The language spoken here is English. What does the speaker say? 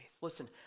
Listen